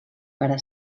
para